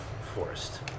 forest